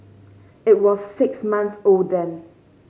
it was six months old then